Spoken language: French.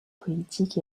politiques